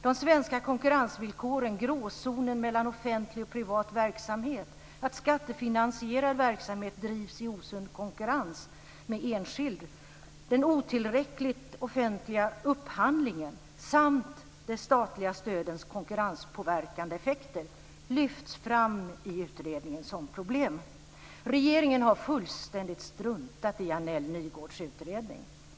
De svenska konkurrensvillkoren, gråzonen mellan offentlig och privat verksamhet, att skattefinansierad verksamhet drivs i osund konkurrens med enskild verksamhet, den otillräckliga offentliga upphandlingen samt de statliga stödens konkurrenspåverkande effekter lyfts i utredningen fram som problem. Regeringen har fullständigt struntat i Annell Nygårds utredning.